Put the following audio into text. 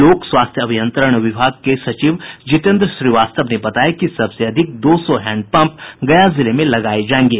लोक स्वास्थ्य अभियंत्रण विभाग के सचिव जितेन्द्र श्रीवास्तव ने बताया कि सबसे अधिक दो सौ हैंडपंप गया जिले में लगाये जायेंगे